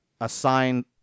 assign